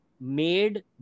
made